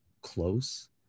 close